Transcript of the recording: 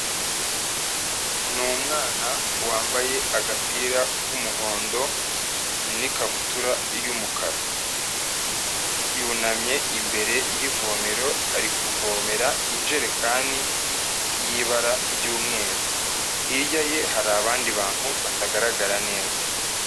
Ni umwana wambaye agapira k'umuhondo n'ikabutura y'umukara. Yunamye imbere y'ivomero ari kuvomera injerekani y'ibara ry'umweru. Hirya ye hari abandi bantu batagaragara neza.